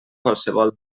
qualsevol